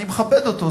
אני מכבד אותו.